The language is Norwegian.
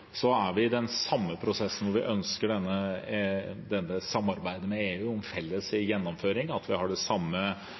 er i den samme prosessen, hvor vi ønsker dette samarbeidet med EU om felles gjennomføring, og at vi har det samme